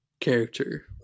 character